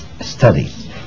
Studies